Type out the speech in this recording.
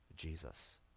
Jesus